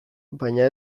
baina